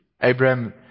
Abraham